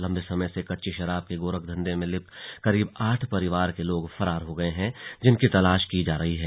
लंबे समय से कच्ची शराब के गोरखधंधे में लिप्त करीब आठ परिवार के लोग फरार हो गए हैं जिनकी तलाश की जा रही है